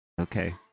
Okay